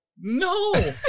No